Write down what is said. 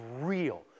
real